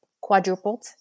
quadrupled